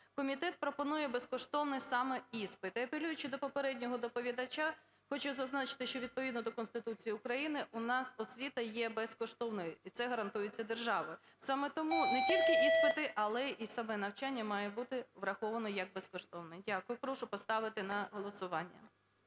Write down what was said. Комітет пропонує безкоштовно саме іспити. І апелюючи до попереднього доповідача, хочу зазначити, що відповідно до Конституції України у нас освіта є безкоштовною, і це гарантується державою. Саме тому не тільки іспити, але і саме навчання має бути враховано як безкоштовне. Дякую. Прошу поставити на голосування.